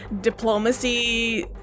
diplomacy